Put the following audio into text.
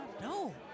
No